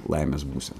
laimės būsena